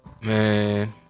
Man